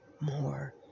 more